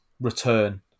return